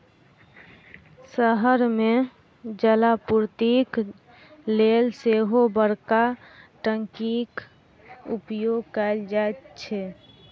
शहर मे जलापूर्तिक लेल सेहो बड़का टंकीक उपयोग कयल जाइत छै